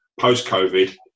post-COVID